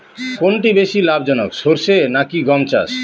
কোনটি বেশি লাভজনক সরষে নাকি গম চাষ?